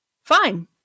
Fine